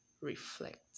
reflect